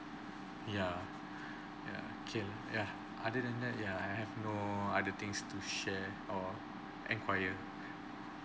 yeah yeah kay~ lah yeah other than that yeah I have no other things to share or enquire